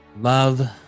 Love